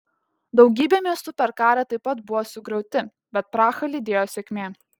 daugybė miestų per karą taip pat buvo sugriauti bet prahą lydėjo sėkmė